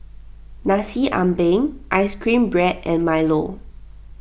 Nasi Ambeng Ice Cream Bread and Milo